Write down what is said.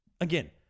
Again